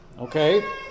Okay